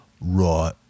right